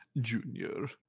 junior